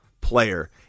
player